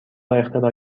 اختراع